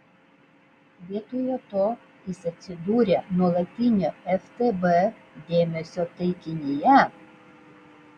vietoje to jis atsidūrė nuolatinio ftb dėmesio taikinyje